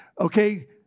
okay